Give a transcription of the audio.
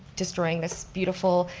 destroying this beautiful,